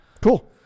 cool